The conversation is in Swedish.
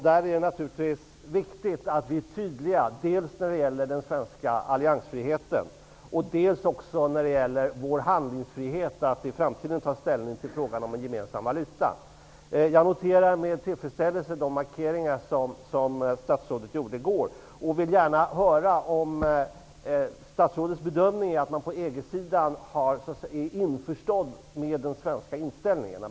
Det är naturligtvis viktigt att vi är tydliga när det gäller dels den svenska alliansfriheten, dels vår handlingsfrihet att i framtiden ta ställning till frågan om en gemensam valuta. Jag noterar med tillfredsställelse de markeringar som statsrådet gjorde i går. Jag vill gärna höra om statsrådets bedömning är att man på EG-sidan är införstådd med den svenska inställningen.